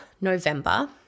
November